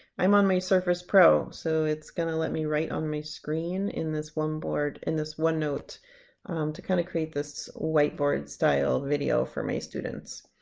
i'm on my surface pro so it's gonna let me write on my screen in this one board in this onenote to kind of create this whiteboard style video for my students.